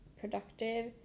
productive